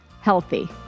healthy